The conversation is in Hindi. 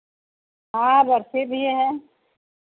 हाँ बर्फ़ी भी है